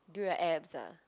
do your abs ah